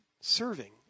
serving